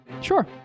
Sure